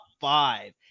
five